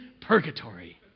purgatory